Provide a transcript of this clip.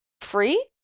free